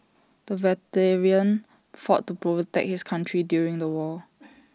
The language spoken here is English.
the veteran fought to protect his country during the war